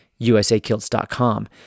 usakilts.com